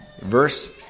Verse